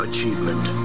Achievement